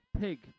Pig